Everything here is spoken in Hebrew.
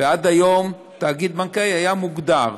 ועד היום תאגיד בנקאי היה מוגדר.